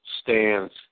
stands